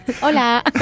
¡Hola